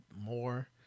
more